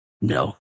No